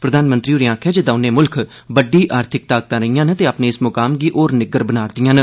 प्रधानमंत्री होरें आक्खेआ जे दौने देश बड्डी आर्थिक ताकतां रेहियां न ते अपने इस मुकाम गी होर निक्कर बना'रदियां न